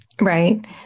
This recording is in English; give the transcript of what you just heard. Right